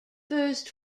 first